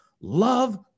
love